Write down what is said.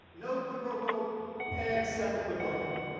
no quid pro quo except a quid pro quo.